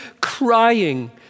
crying